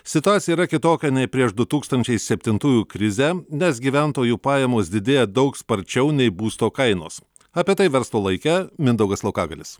situacija yra kitokia nei prieš du tūkstančiai septintųjų krizę nes gyventojų pajamos didėja daug sparčiau nei būsto kainos apie tai verslo laike mindaugas laukagalis